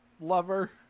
lover